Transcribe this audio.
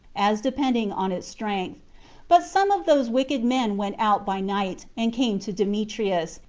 as depending on its strength but some of those wicked men went out by night, and came to demetrius,